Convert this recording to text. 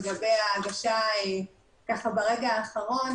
לגבי ההגשה ברגע האחרון.